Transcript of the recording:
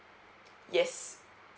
yes